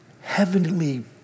heavenly